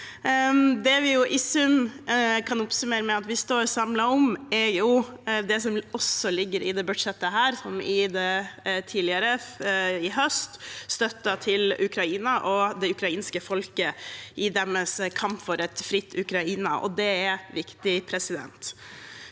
Det vi i sum kan oppsummere med at vi står samlet om, er det som også ligger i dette budsjettet, som det gjorde i budsjettet i høst: støtten til Ukraina og det ukrainske folket i deres kamp for et fritt Ukraina. Det er viktig. Jeg er